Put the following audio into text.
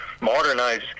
modernize